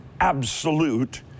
absolute